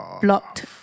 blocked